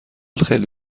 خیلی